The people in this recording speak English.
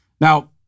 Now